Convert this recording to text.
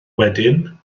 wedyn